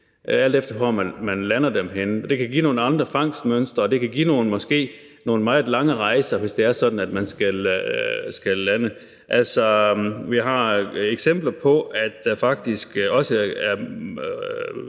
alt efter hvor henne man lander dem. Det kan give nogle andre fangstmønstre, og det kan måske resultere i nogle meget lange rejser, hvis det er sådan, at man skal lande sine fisk. Vi har eksempler på, at der faktisk nærmest